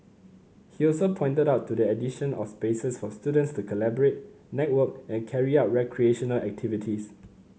he also pointed to the addition of spaces for students to collaborate network and carry out recreational activities